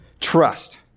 Trust